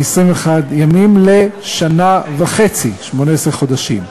מ־21 ימים לשנה וחצי, 18 חודשים.